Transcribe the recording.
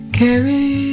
carry